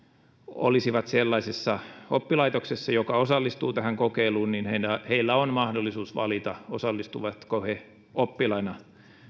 olisivat sellaisessa oppilaitoksessa joka osallistuu tähän kokeiluun heillä on mahdollisuus valita osallistuvatko he oppilaina